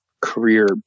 career